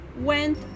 went